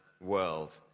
world